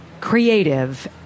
creative